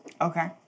Okay